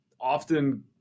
often